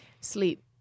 Sleep